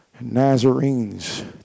Nazarenes